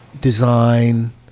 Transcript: design